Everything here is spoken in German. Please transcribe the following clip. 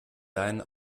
deinen